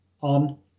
on